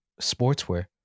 sportswear